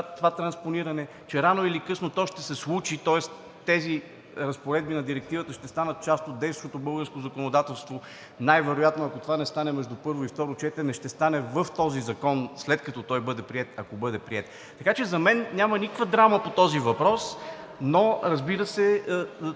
това транспониране, че рано или късно то ще се случи, тоест тези разпоредби на директивата ще станат част от действащото българско законодателство. Най-вероятно, ако това не стане между първо и второ четене, ще стане в този закон, след като той бъде приет, ако бъде приет. Така че за мен няма никаква драма по този въпрос, но разбира се,